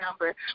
number